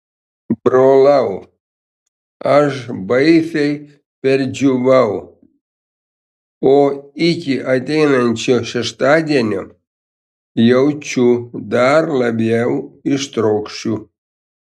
brolau aš baisiai perdžiūvau o iki ateinančio šeštadienio jaučiu dar labiau ištrokšiu